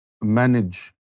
manage